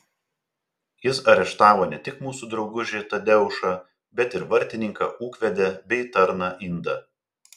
jis areštavo ne tik mūsų draugužį tadeušą bet ir vartininką ūkvedę bei tarną indą